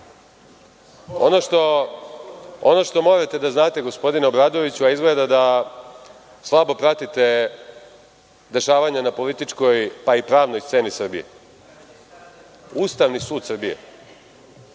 Ono što morate da znate gospodine Obradoviću a izgleda da slabo pratite dešavanja na političkoj pa i pravnoj sceni Srbije, Ustavni sud Srbije